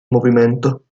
movimento